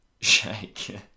Shake